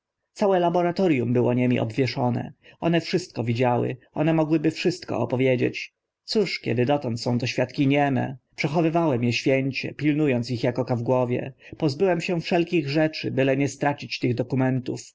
całe laboratorium było nimi obwieszone one wszystko widziały one mogłyby wszystko opowiedzieć cóż kiedy dotąd są to świadki nieme przechowałem e święcie pilnu ąc ich ak oka w głowie pozbyłem się wszystkich rzeczy byle nie stracić tych dokumentów